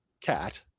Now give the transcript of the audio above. cat